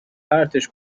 پرتش